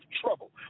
trouble